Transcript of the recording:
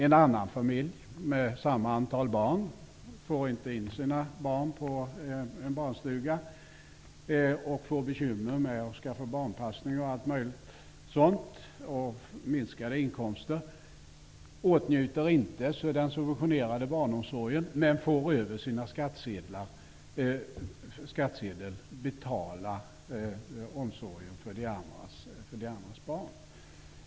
En annan familj med samma antal barn får inte plats för sina barn på barnstuga och får då bekymmer med att skaffa barnpassning etc. med minskade inkomster som följd. De åtnjuter inte den subventionerade barnomsorgen men får via skattsedeln betala omsorgen för de andras barn.